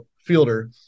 fielder